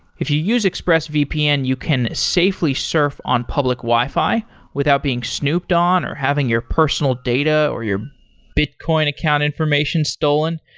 if you use expressvpn, you can safely surf on public wi-fi without being snooped on or having your personal data or your bitcoin account information stolen.